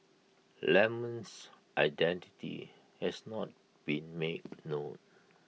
lemon's identity has not been made known